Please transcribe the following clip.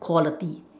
quality